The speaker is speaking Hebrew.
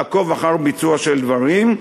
לעקוב אחר ביצוע של דברים.